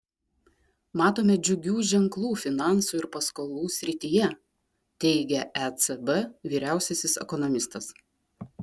matome džiugių ženklų finansų ir paskolų srityje teigia ecb vyriausiasis ekonomistas